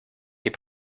ihr